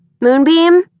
Moonbeam